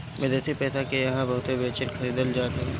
विदेशी पईसा के इहां बहुते बेचल खरीदल जात हवे